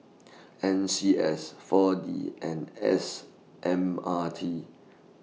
N C S four D and S M R T